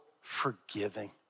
forgiving